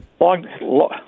Long